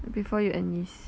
before you enlist